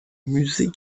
musée